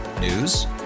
News